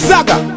Saga